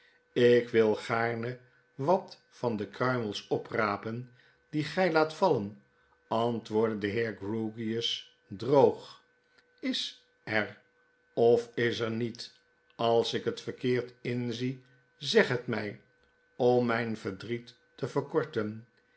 ik wil gaarne wat van de kruimels oprapen die gy laat vallen antwoordde de heer grewgious droog is er of is er niet als ik het verkeerd inzie zeg het my om mijn verdriet te verkorten